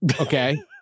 Okay